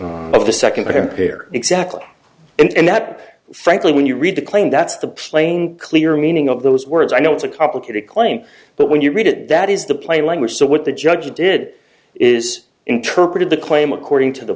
of the second pair exactly and that frankly when you read the claim that's the plain clear meaning of those words i know it's a complicated claim but when you read it that is the plain language so what the judge did is interpreted the claim according to the